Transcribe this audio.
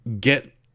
Get